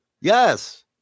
Yes